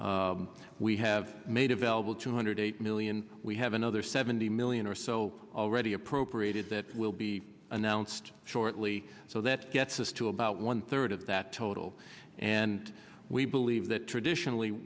we have made available two hundred eight million we have another seventy million or so already appropriated that will be announced shortly so that gets us to about one third of that total and we believe that traditionally